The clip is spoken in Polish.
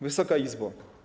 Wysoka Izbo!